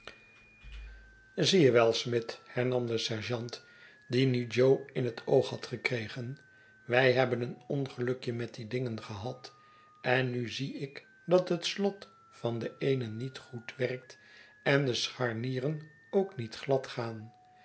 zie je wel smid hernam de sergeant die nu jo in het oog had gekregen wij hebben een ongelukje met die dingen gehad ennuzie ik dat het slot van den eenen niet goed werkt en de scharnieren ook niet glad gaan